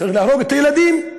צריך להרוג את הילדים?